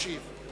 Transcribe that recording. ישיב.